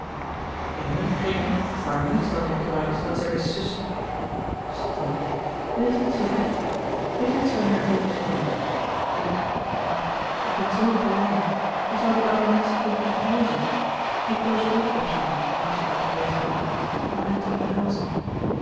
in hun kringen waar niets dan éclat is dat zij weêr sussen stil kind wees niet zoo heftig wees niet zoo nerveus cony ik ach ik ben zoo blij ik zoû die oude menschen kunnen omhelzen ik wil ze ook opzoeken als je er geweest bent om hen te omhelzen